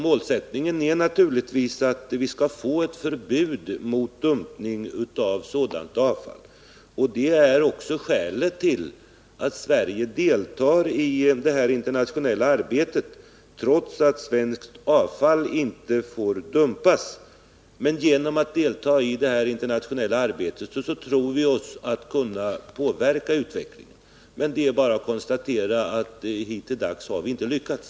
Målsättningen är naturligtvis att vi skall få ett förbud mot dumpning av sådant avfall, och det är också skälet till att Sverige deltar i det här internationella arbetet, trots att svenskt avfall inte får dumpas. Men vi tror att vi genom att delta i detta internationella arbete kan påverka utvecklingen. Det är emellertid bara att konstatera att hittilldags har vi inte lyckats.